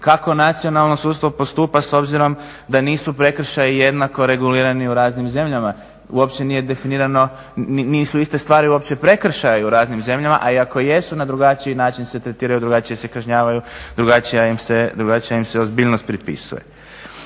Kako nacionalno sudstvo postupa s obzirom da nisu prekršaji jednako regulirani u raznim zemljama. Uopće nije definirano, nisu iste stvari uopće prekršaji u raznim zemljama, a i ako jesu na drugačiji način se tretiraju, drugačije se kažnjavaju, drugačija im se ozbiljnost pripisuje.